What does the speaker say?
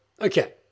Okay